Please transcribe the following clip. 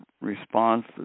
response